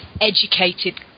educated